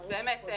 באמת,